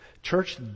Church